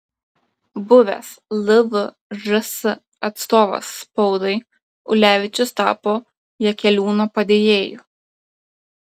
buvęs lvžs atstovas spaudai ulevičius tapo jakeliūno padėjėju